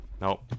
No